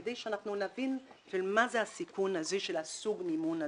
כדי שנבין מה זה הסיכון הזה של סוג המימון הזה: